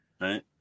Right